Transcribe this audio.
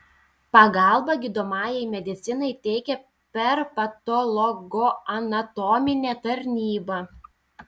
pagalbą gydomajai medicinai teikia per patologoanatominę tarnybą